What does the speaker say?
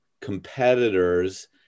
competitors